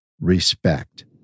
Respect